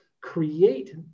create